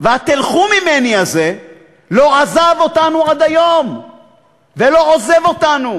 וה"תלכו ממני" הזה לא עזב אותנו עד היום ולא עוזב אותנו